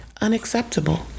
unacceptable